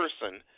person